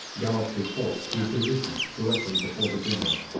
galloped his horse to a position directly before the general.